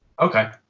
Okay